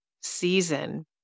season